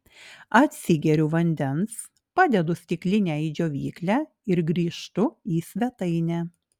atsigeriu vandens padedu stiklinę į džiovyklę ir grįžtu į svetainę